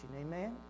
Amen